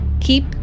keep